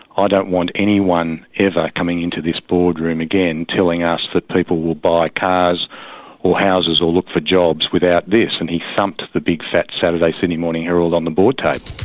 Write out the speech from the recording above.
ah don't want anyone ever coming into this board room again telling us that people will buy cars or houses or look for jobs without this. and he thumped the big fat saturday sydney morning heraldon the board table.